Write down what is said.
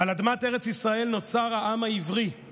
"על אדמת ארץ ישראל נוצר, העם העברי";